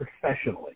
professionally